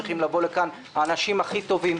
צריכים לבוא אליה האנשים הכי טובים.